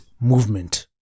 movement